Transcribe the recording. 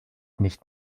nicht